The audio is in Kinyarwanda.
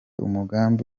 umugambi